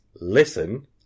Listen